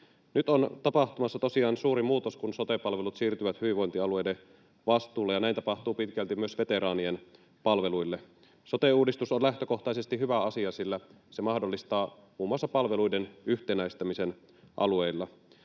Nyt on tapahtumassa tosiaan suuri muutos, kun sote-palvelut siirtyvät hyvinvointialueiden vastuulle, ja näin tapahtuu pitkälti myös veteraanien palveluille. Sote-uudistus on lähtökohtaisesti hyvä asia, sillä se mahdollistaa muun muassa palveluiden yhtenäistämisen alueilla.